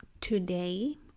Today